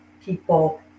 people